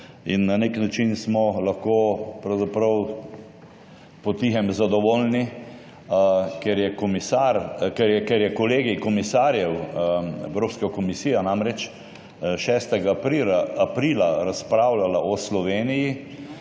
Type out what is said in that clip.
Na nek način smo lahko pravzaprav po tihem zadovoljni, ker je kolegij komisarjev Evropska komisija 6. aprila razpravljala o Sloveniji,